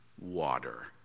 water